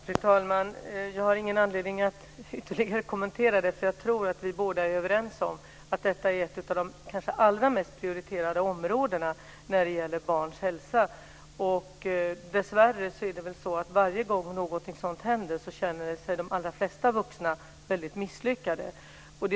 Fru talman! Jag har egentligen ingen anledning att ytterligare kommentera detta. Jag tror att vi båda är överens om att detta är ett av de kanske allra mest prioriterade områdena när det gäller barns hälsa. Varje gång som något sådant här dessvärre händer känner sig de allra flesta vuxna väldigt misslyckade.